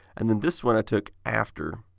and then this one i took after.